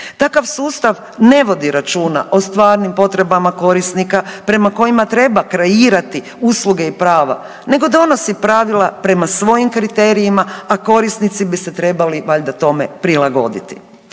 Takav sustav ne vodi računa o stvarnim potrebama korisnika prema kojima treba kreirati usluge i prava nego donosi pravila prema svojim kriterijima, a korisnici bi se trebali valjda tome prilagoditi.